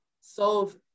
solve